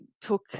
took